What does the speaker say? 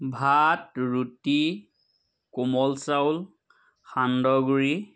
ভাত ৰুটি কোমল চাউল সান্দহগুড়ি